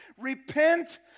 repent